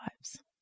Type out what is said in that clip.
lives